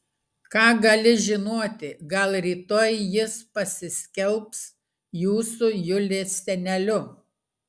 ką gali žinoti gal rytoj jis pasiskelbs jūsų julės seneliu